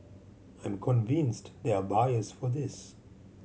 I'm convinced there are buyers for this